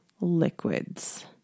liquids